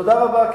תודה רבה,